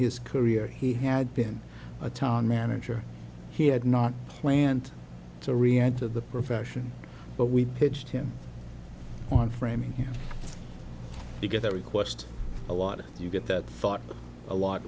his career he had been a town manager he had not planned to react to the profession but we pitched him on framing him to get that request a lot of you get that thought a lot